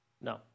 No